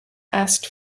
asked